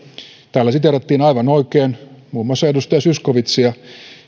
täällä siteerattiin aivan oikein muun muassa edustaja zyskowiczia